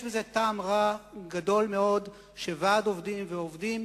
יש בזה טעם רע מאוד שוועד עובדים ועובדים